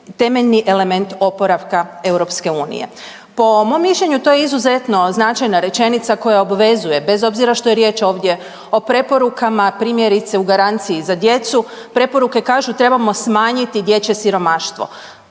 temeljni element oporavka EU. Po mom mišljenju to je izuzetno značajna rečenica koja obvezuje bez obzira što je riječ ovdje o preporukama. Primjerice u garanciji za djecu, preporuke kažu trebamo smanjiti dječje siromaštvo.